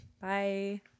Bye